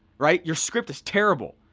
right? your script is terrible.